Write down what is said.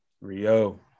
Rio